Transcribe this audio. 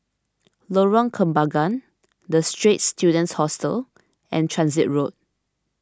Lorong Kembangan the Straits Students Hostel and Transit Road